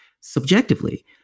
subjectively